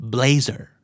Blazer